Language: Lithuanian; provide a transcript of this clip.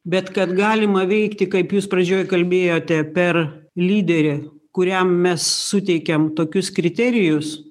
bet kad galima veikti kaip jūs pradžioj kalbėjote per lyderį kuriam mes suteikiam tokius kriterijus